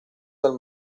dal